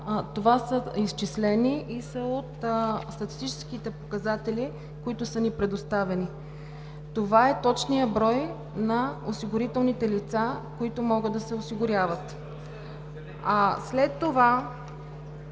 това са изчислени и са от статистическите показатели, които са ни предоставени. Това е точният брой на осигурителните лица, които могат да се осигуряват. (Реплика